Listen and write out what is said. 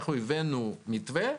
אנחנו הבאנו מתווה,